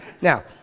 Now